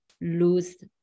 lose